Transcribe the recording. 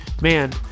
Man